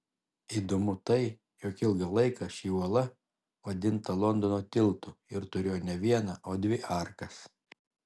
įdomu tai jog ilgą laiką ši uola vadinta londono tiltu ir turėjo ne vieną o dvi arkas